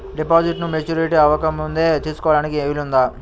డిపాజిట్ను మెచ్యూరిటీ అవ్వకముందే తీసుకోటానికి వీలుందా?